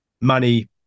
money